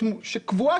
שקבועה,